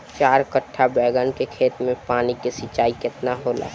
चार कट्ठा बैंगन के खेत में पानी के सिंचाई केतना होला?